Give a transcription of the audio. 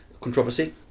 controversy